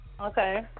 Okay